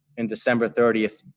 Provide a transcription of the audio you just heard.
and december thirty,